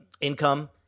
income